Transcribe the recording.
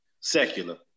secular